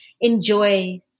enjoy